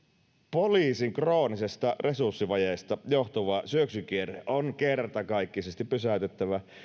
poliisin kroonisesta resurssivajeesta johtuva syöksykierre on kertakaikkisesti pysäytettävä